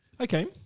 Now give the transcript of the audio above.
Okay